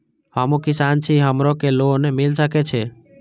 हमू किसान छी हमरो के लोन मिल सके छे?